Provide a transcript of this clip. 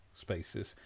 spaces